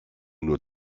nur